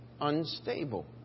unstable